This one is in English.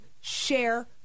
share